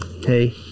hey